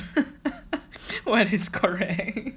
when he's correct